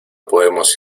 podemos